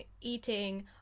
eating